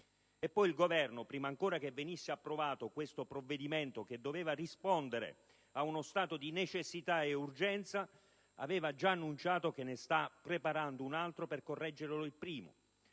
E poi il Governo, prima ancora che venisse approvato questo provvedimento, che doveva rispondere ad uno stato di necessità e urgenza, aveva già annunciato che ne sta preparando un altro per correggerlo.